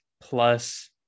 plus